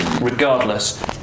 Regardless